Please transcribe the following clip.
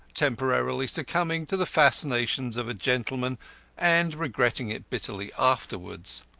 temporarily succumbing to the fascinations of a gentleman and regretting it bitterly afterwards.